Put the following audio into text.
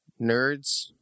nerds